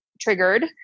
triggered